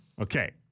Okay